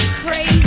crazy